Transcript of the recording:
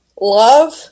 Love